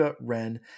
Ren